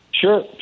Sure